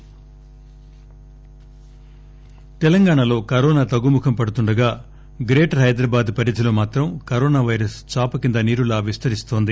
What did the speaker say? Telangana corona Telangana లో corona తగ్గుముఖం పడుతుండగా గ్రేటర్ హైదరాబాద్ పరిధిలో మాత్రం కరోనా పైరస్ చాపకింద నీరులా విస్తరిస్తోంది